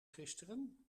gisteren